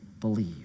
believe